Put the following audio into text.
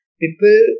people